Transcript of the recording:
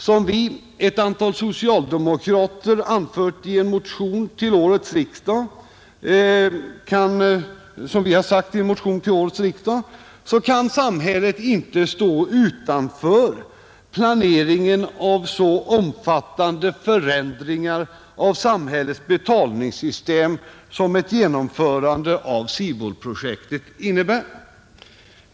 Som vi, ett antal socialdemokrater, anfört i en motion till årets riksdag kan samhället inte stå utanför planeringen av så omfattande förändringar av samhällets betalningssystem som ett genomförande av SIBOL-projektet innebär.